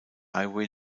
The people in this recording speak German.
highway